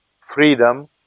freedom